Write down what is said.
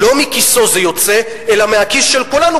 לא מכיסו זה יוצא אלא מהכיס של כולנו,